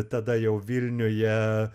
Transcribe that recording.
tada jau vilniuje